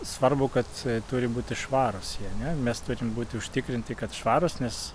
svarbu kad turi būti švarūs jie ane mes turim būti užtikrinti kad jie švarūs nes